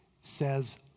says